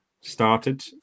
started